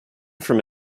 from